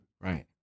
right